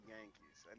Yankees